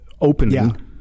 opening